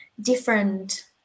different